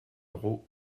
euros